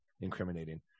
incriminating